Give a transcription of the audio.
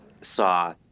saw